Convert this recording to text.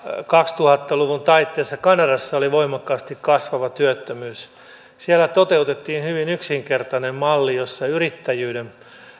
kaksituhatta luvun taitteessa kanadassa oli voimakkaasti kasvava työttömyys toteutettiin hyvin yksinkertainen malli jossa yrittäjyyteen